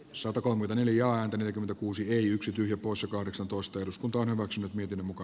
sotakaan vaniljaa neljäkymmentäkuusi ei yksi tyhjä poissa kahdeksantoista eduskunta on omaksunut miten muka